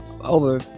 over